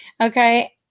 Okay